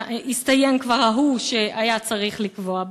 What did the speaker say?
הסתיים כבר ההוא שהיה צריך לקבוע בו,